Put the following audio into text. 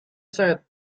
said